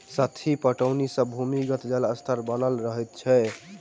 सतही पटौनी सॅ भूमिगत जल स्तर बनल रहैत छै